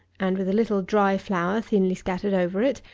and, with a little dry flour thinly scattered over it,